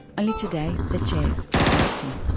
only today, the chairs are empty.